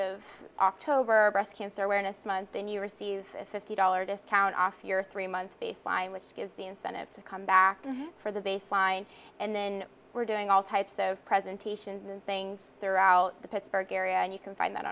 of october breast cancer awareness month then you receive a fifty dollars discount off your three month baseline which is the incentive to come back for the baseline and then we're doing all types of presentations and things throughout the pittsburgh area and you can find that